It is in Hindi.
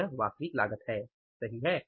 तो यह वास्तविक लागत है सही है